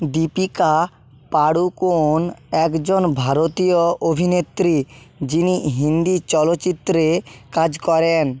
দীপিকা পাড়ুকোন একজন ভারতীয় অভিনেত্রী যিনি হিন্দি চলচ্চিত্রে কাজ করেন